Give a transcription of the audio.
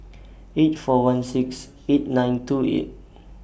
eight four one six eight nine two eight